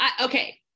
Okay